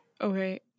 Okay